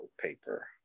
Paper